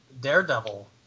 Daredevil